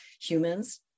humans